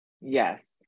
Yes